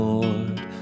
Lord